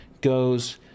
goes